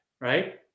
right